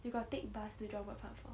you got take bus to jurong bird park before